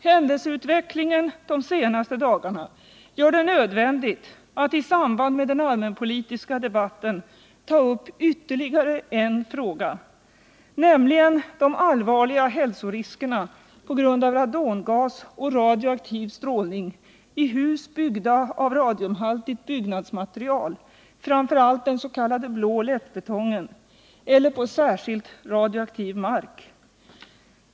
Händelseutvecklingen de senaste dagarna har gjort det nödvändigt att i samband med den allmänpolitiska debatten ta upp ytterligare en fråga, nämligen de allvarliga hälsoriskerna på grund av radongas och radioaktiv strålning i hus byggda av radiumhaltigt byggnadsmaterial, framför allt dens.k. blå lättbetongen, eller på särskilt radioaktiv mark.